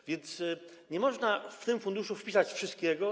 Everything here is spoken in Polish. A więc nie można w tym funduszu wpisać wszystkiego.